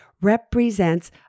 represents